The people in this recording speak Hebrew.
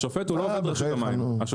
השופט לא עובד ברשות המים.